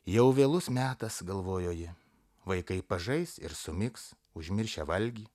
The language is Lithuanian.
jau vėlus metas galvojo ji vaikai pažais ir sumigs užmiršę valgį